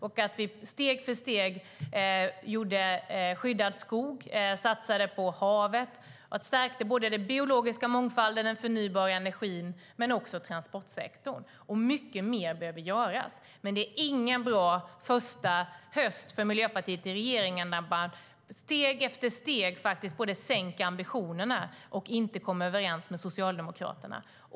Vi gjorde steg för steg skyddad skog, satsade på havet och stärkte både den biologiska mångfalden och den förnybara energin men också transportsektorn. Mycket mer behöver göras. Men det är ingen bra första höst för Miljöpartiet i regeringen när man steg efter steg både sänker ambitionerna och inte kommer överens med Socialdemokraterna.